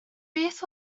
beth